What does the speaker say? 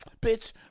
bitch